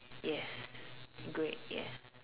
yes great yes